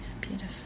beautiful